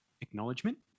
acknowledgement